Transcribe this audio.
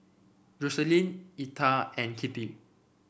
Jocelyne Etta and Kittie